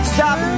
Stop